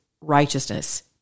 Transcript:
righteousness